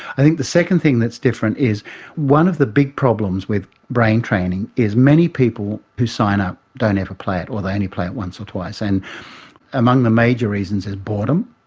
i think the second thing that's different is one of the big problems with brain training is many people who sign up don't ever play it or they only play it once or twice, and among the major reasons is boredom.